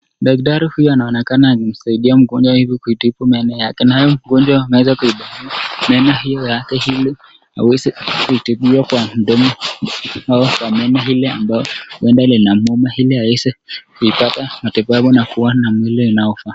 Daktari huyu anaonekana akimsaidia mgonjwa huyu kutibu meno yake. Naye mgonjwa ameweza kuifungua meno yake hiyo ili aweze kutibiwa kwa mdomo au kwa meno ile ambayo huenda linamuuma, ili aweze kupata matibabu na kuwa na mwili una afya.